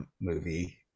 movie